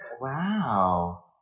Wow